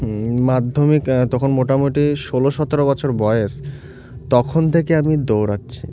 মাধ্যমিক তখন মোটামুটি ষোলো সতেরো বছর বয়স তখন থেকে আমি দৌড়াচ্ছি